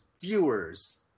viewers